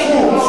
קחו,